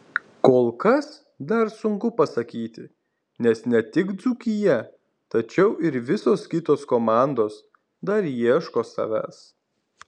kol kas dar sunku pasakyti nes ne tik dzūkija tačiau ir visos kitos komandos dar ieško savęs